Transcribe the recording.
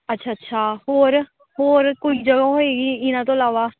ਅੱਛਾ ਅੱਛਾ ਹੋਰ ਹੋਰ ਕੋਈ ਜਗ੍ਹਾ ਹੋਏਗੀ ਇਹਨਾਂ ਤੋਂ ਇਲਾਵਾ